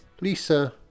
Lisa